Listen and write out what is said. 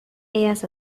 ellas